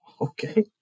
Okay